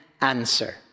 answer